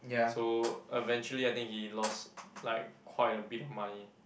so eventually I think he lost like quite a big of money